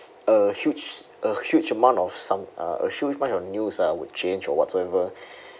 a huge a huge amount of some uh a huge amount of news ah would change or whatsoever